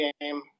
game